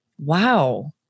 wow